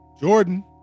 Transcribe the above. Jordan